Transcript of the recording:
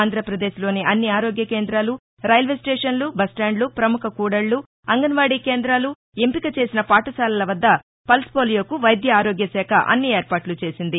ఆంధ్రప్రదేశ్లోని అన్ని ఆరోగ్య కేందాలు రైల్వే స్టేషన్లు బస్స్టాండ్లు ప్రముఖ కూడళ్ళు అంగన్వాడీ కేందాలు ఎంపిక చేసిన పాఠశాలల వద్ద పల్స్ పోలియోకు వైద్య ఆరోగ్య శాఖ అన్ని ఏర్పాట్లు చేసింది